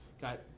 got